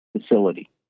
facility